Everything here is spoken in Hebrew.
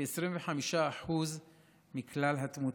כ-25% מכלל התמותה.